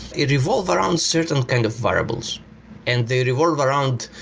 it revolve around certain kind of variables and they revolve around